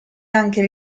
anche